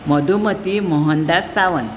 Madhumati Mohandas Sawant